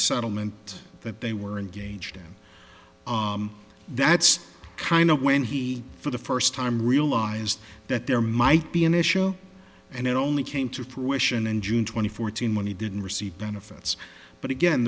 settlement that they were engaged them that's kind of when he for the first time realized that there might be an issue and it only came to fruition in june twenty fourth when he didn't receive benefits but again